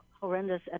horrendous